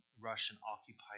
Russian-occupied